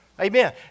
Amen